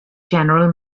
general